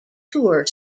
tour